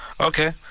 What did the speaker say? Okay